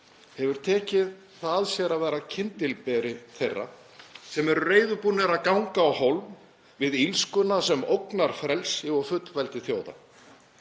hefur tekið að sér að vera kyndilberi þeirra sem eru reiðubúnir að ganga á hólm við illskuna sem ógnar frelsi og fullveldi þjóða.